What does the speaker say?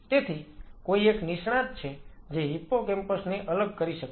તેથી કોઈ એક નિષ્ણાત છે જે હિપ્પોકેમ્પસ ને અલગ કરી શકે છે